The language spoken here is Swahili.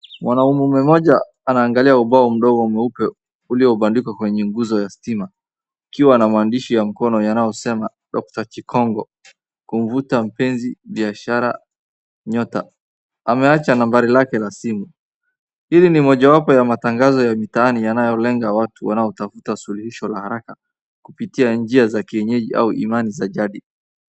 Mwanaume mmoja anaangalia ubao mdogo mweupe uliobandikwa kwenye nguzo ya stima, ukiwa na maandishi ya mkono yanoyosema,' Dr.Chikonko, kumvuta mpenzi, biashara, nyota.'Amecha nambari lake la simu. Hili ni mojawapo ya matangazo ya mitaani yanayolenga watu wanaotafuta suluhisho la haraka kupitia njia za kienyeji au imani za jadi.